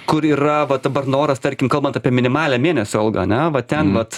kur yra va dabar noras tarkim kalbant apie minimalią mėnesio algą ane va ten vat